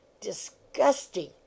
Disgusting